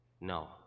no